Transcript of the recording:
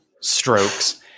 strokes